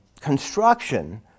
construction